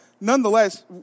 nonetheless